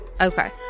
Okay